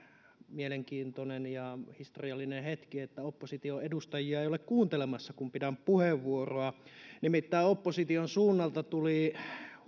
mielenkiintoinen ja historiallinen hetki että opposition edustajia ei ole kuuntelemassa kun pidän puheenvuoroa nimittäin opposition suunnalta tuli